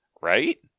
Right